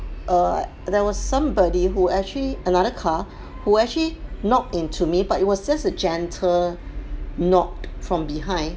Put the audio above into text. err there was somebody who actually another car who actually knock into me but it was just a gentle knock from behind